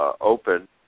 open